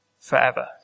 forever